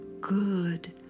good